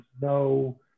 no